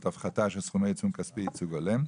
(הפחתה של סכומי עיצום כספי ייצוג הולם).